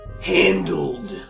handled